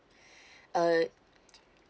uh